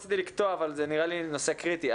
רציתי לקטוע, אבל זה נראה לי נושא קריטי.